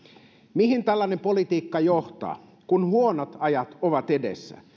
mihin tällainen politiikka johtaa kun huonot ajat ovat edessä